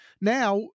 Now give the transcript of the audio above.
Now